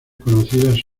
conocidas